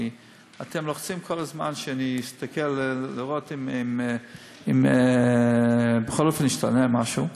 כי אתם לוחצים כל הזמן שאני אסתכל לראות אם בכל אופן השתנה משהו.